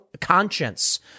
conscience